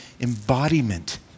embodiment